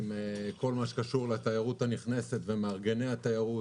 עם כל מה שקשור לתיירות הנכנסת ומארגני התיירות,